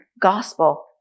gospel